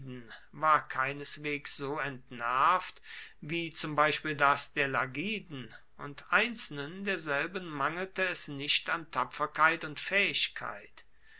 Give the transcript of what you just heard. war keineswegs so entnervt wie zum beispiel das der lagiden und einzelnen derselben mangelte es nicht an tapferkeit und fähigkeit